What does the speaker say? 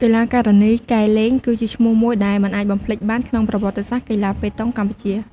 កីឡាការិនី កែ ឡេង គឺជាឈ្មោះមួយដែលមិនអាចបំភ្លេចបានក្នុងប្រវត្តិសាស្ត្រកីឡាប៉េតង់កម្ពុជា។